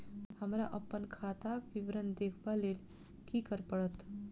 हमरा अप्पन खाताक विवरण देखबा लेल की करऽ पड़त?